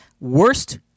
worst